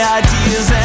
ideas